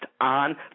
on